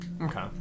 Okay